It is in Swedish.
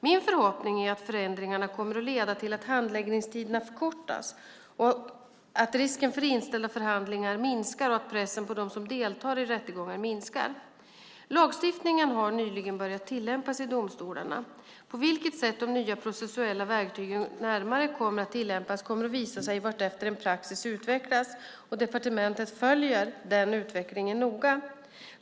Min förhoppning är att förändringarna kommer att leda till att handläggningstiderna förkortas, att risken för inställda förhandlingar minskar och att pressen på dem som deltar i rättegångar minskar. Lagstiftningen har nyligen börjat tillämpas i domstolarna. På vilket sätt de nya processuella verktygen närmare kommer att tillämpas kommer att visa sig vartefter en praxis utvecklas. Departementet följer denna utveckling noga.